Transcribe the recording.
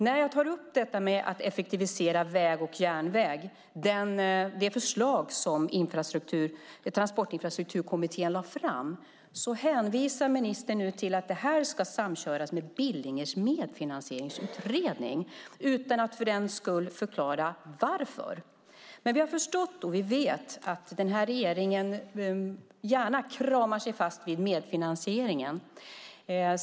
När jag tar upp detta med att effektivisera väg och järnväg, det förslag som Transportinfrastrukturkommittén lade fram, hänvisar ministern nu till att det ska samköras med Billingers medfinansieringsutredning, utan att för den skull förklara varför. Men vi vet att den här regeringen gärna klamrar sig fast vid medfinansieringen.